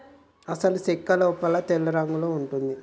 అసలు సెక్క లోపల తెల్లరంగులో ఉంటది